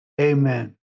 Amen